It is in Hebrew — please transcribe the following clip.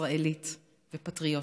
ישראלית ופטריוטית,